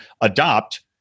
adopt